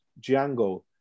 Django